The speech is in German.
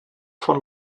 von